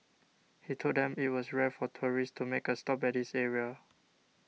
he told them it was rare for tourists to make a stop at this area